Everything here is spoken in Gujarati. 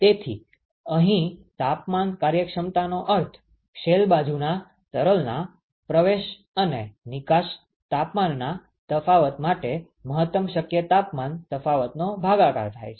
તેથી અહીં તાપમાન કાર્યક્ષમતાનો અર્થ શેલ બાજુના તરલના પ્રવેશ અને નિકાશ તાપમાનના તફાવત અને મહત્તમ શક્ય તાપમાન તફાવતનો ભાગાકાર થાય છે